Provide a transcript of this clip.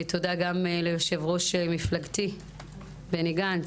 תודה גם ליושב-ראש מפלגתי בני גנץ,